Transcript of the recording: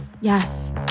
Yes